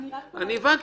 הבנתי.